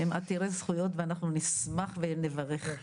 הם עתירי זכויות ואנחנו נשמח ונברך.